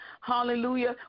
hallelujah